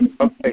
Okay